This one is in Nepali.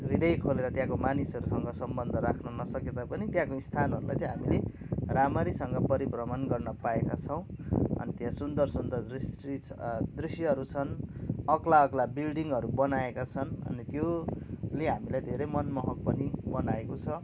हृदय खोलेर त्यहाँको मानिसहरूसँग सम्बन्ध राख्नु नसकेता पनि त्यहाँका स्थानहरूलाई चाहिँ हामीले राम्ररीसँग परिभ्रमण गर्न पाएका छौँ अनि त्यँहा सुन्दर सुन्दर दृश्यहरू छन अग्ला अग्ला बिल्डिङ्हरू बनाएका छन अनि त्यसले हामीलाई धेरै मनमोहक पनि बनाएको छ